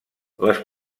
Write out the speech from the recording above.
les